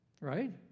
right